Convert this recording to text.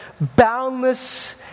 boundless